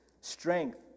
strength